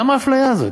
למה האפליה הזאת?